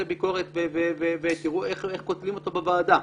ביקורת ותראו איך קוטלים אותו בוועדה.